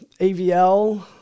AVL